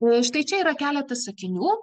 o štai čia yra keletas sakinių